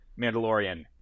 Mandalorian